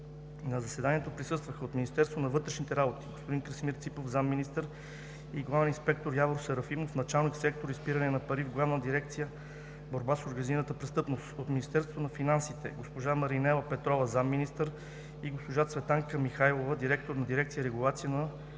На заседанието присъстваха от Министерството на вътрешните работи: господин Красимир Ципов – заместник министър, и главен инспектор Явор Серафимов – началник сектор „Изпиране на пари“ в Главна дирекция „Борба с организираната престъпност“; от Министерството на финансите: госпожа Маринела Петрова – заместник-министър, и госпожа Цветанка Михайлова – директор на дирекция „Регулация на